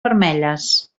vermelles